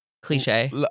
Cliche